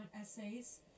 essays